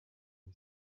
boy